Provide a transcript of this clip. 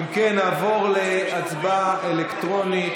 אם כן, נעבור להצבעה אלקטרונית.